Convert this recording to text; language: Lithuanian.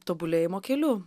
tobulėjimo keliu